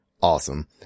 awesome